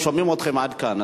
שומעים אתכן עד כאן,